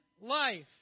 life